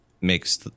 makes